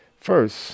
First